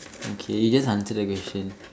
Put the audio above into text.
okay you just answer the question